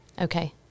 Okay